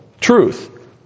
truth